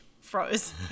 froze